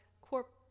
corp